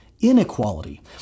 inequality